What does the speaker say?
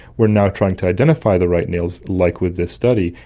we are now trying to identify the right nails, like with this study,